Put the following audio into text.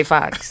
Fox